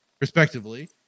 respectively